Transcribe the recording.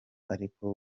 ariko